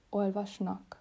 olvasnak